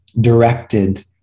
directed